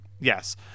Yes